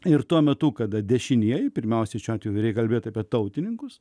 ir tuo metu kada dešinieji pirmiausia čia atvirai kalbėti apie tautininkus